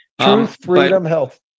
Truthfreedomhealth